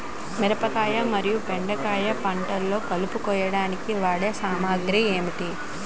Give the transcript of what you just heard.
మిరపకాయ మరియు బెండకాయ పంటలో కలుపు కోయడానికి వాడే సామాగ్రి ఏమిటి?